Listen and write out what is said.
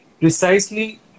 precisely